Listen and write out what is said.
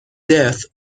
death